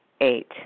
Eight